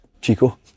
Chico